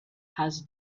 has